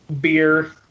beer